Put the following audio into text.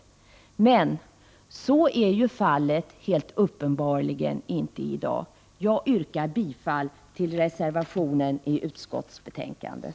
Men så är ju uppenbarligen inte fallet i dag. Jag yrkar bifall till reservationen till utskottsbetänkandet.